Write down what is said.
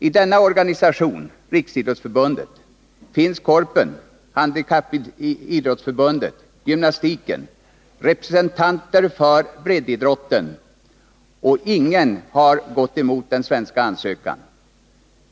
I denna organisation, Riksidrottsförbundet, finns Korpen, Handikappidrottsförbundet, gymnastiken, representanter för breddidrotten, och ingen har gått emot den svenska ansökan.